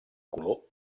color